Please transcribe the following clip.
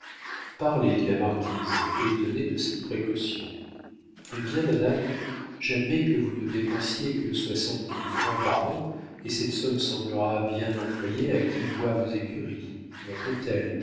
parlez dit la marquise étonnée de cette précaution hé bien madame j'admets que vous ne dépensiez que soixante mille francs par an et cette somme semblera bien employée à qui voit vos écuries votre